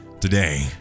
Today